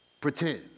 Pretend